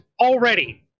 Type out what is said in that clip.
already